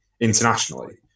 internationally